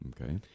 Okay